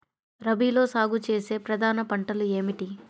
రబీలో సాగు చేసే ప్రధాన పంటలు ఏమిటి?